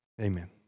Amen